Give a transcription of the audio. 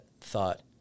thought